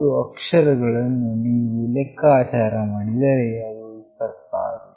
ಒಟ್ಟು ಅಕ್ಷರಗಳನ್ನು ನೀವು ಲೆಕ್ಕಾಚಾರ ಮಾಡಿದರೆ ಅದು 26